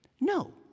No